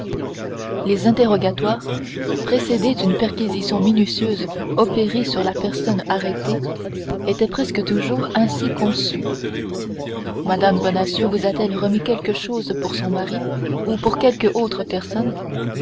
les interrogatoires précédés d'une perquisition minutieuse opérée sur la personne arrêtée étaient presque toujours ainsi conçus mme bonacieux vous a-t-elle remis quelque chose pour son mari ou pour quelque autre personne